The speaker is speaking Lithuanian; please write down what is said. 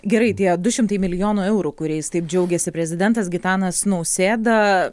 gerai tie du šimtai milijonų eurų kuriais taip džiaugėsi prezidentas gitanas nausėda